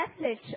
message